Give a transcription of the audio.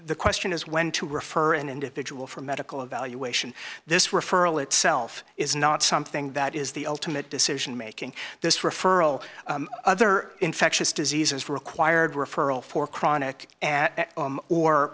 the question is when to refer an individual for medical evaluation this referral itself is not something that is the ultimate decision making this referral other infectious diseases required referral for chronic